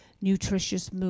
nutritious